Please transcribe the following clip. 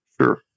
sure